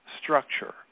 structure